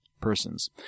persons